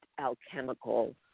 alchemical